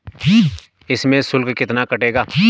इसमें शुल्क कितना कटेगा?